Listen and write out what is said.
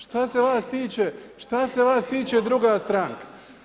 Šta se vas tiče, šta se vas tiče druga stranka?